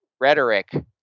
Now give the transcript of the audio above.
rhetoric